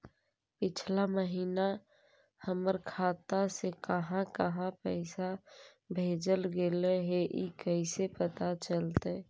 पिछला महिना हमर खाता से काहां काहां पैसा भेजल गेले हे इ कैसे पता चलतै?